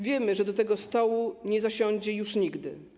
Wiemy, że do tego stołu nie zasiądzie już nigdy.